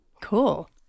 Cool